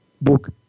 book